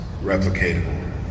replicatable